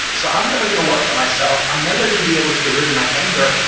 so i'm never going to work on myself. i'm never going to be able to get rid of my anger.